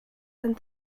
and